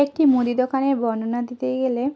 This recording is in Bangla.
একটি মুদি দোকানের বর্ণনা দিতে গেলে